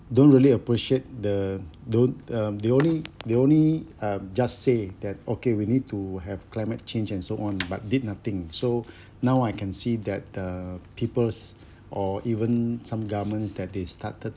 don't really appreciate the don't um they only they only um just say that okay we need to have climate change and so on but did nothing so now I can see that the peoples or even some government that they started